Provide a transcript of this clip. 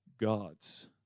God's